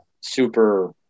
super